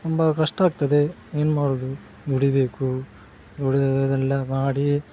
ತುಂಬ ಕಷ್ಟ ಆಗ್ತದೆ ಏನು ಮಾಡೋದು ದುಡಿಬೇಕು ದುಡಿ ದೆಲ್ಲ ಮಾಡಿ